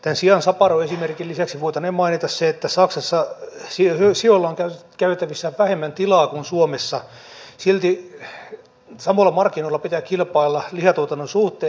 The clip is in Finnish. tämän siansaparoesimerkin lisäksi voitaneen mainita se että saksassa sioilla on käytettävissä vähemmän tilaa kuin suomessa ja silti samoilla markkinoilla pitää kilpailla lihantuotannon suhteen